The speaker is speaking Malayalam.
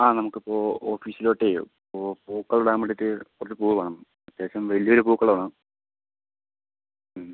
ആ നമുക്ക് ഇപ്പോൾ ഓഫീസിലോട്ടെ പൂക്കളം ഇടാൻ വേണ്ടിട്ട് കുറച്ച് പൂ വേണം അത്യാവശ്യം വലിയ ഒരു പൂക്കളമാണ് മ്